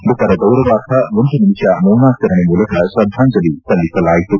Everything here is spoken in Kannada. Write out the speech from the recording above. ಮೃತರ ಗೌರವಾರ್ಥ ಒಂದು ನಿಮಿಷ ಮೌನಾಚರಣೆ ಮೂಲಕ ಶ್ರದ್ದಾಂಜಲಿ ಸಲ್ಲಿಸಲಾಯಿತು